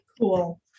Cool